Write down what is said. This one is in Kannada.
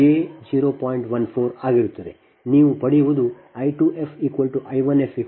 ನೀವು ಪಡೆಯುವುದು I 2f I 1f j4